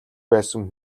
байсан